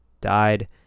died